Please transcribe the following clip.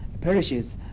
perishes